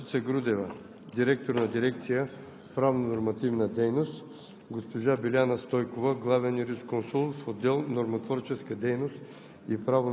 господин Милко Бернер – заместник министър на вътрешните работи, госпожа Росица Грудева – директор на дирекция „Правно-нормативна дейност“,